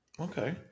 Okay